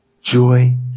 joy